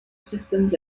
certaines